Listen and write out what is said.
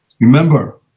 Remember